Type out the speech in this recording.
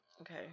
Okay